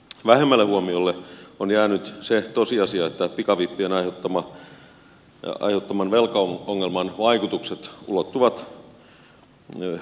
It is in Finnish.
vähemmälle huomiolle on jäänyt se tosiasia että pikavippien aiheuttaman velkaongelman vaikutukset ulottuvat laajemmalle